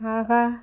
ஆஹா